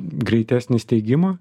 greitesnį steigimą